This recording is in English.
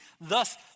thus